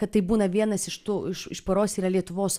kad tai būna vienas iš tų iš iš poros yra lietuvos